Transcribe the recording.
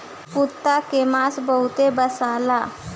कुता के मांस बहुते बासाला